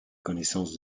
connaissance